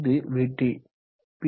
இது VT B